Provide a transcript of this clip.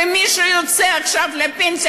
ומי שיוצא עכשיו לפנסיה,